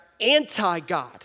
anti-God